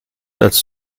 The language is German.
als